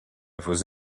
vos